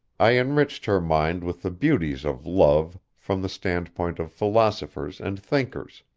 i enriched her mind with the beauties of love from the standpoint of philosophers and thinkers,